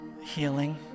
healing